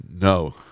No